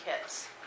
kids